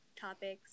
topics